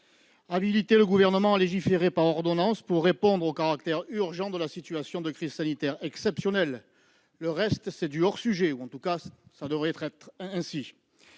habiliter le Gouvernement à légiférer par ordonnances pour répondre au caractère urgent d'une crise sanitaire exceptionnelle. Le reste, c'est du hors sujet ou, en tout cas, il devrait en être ainsi.